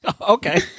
Okay